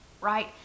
right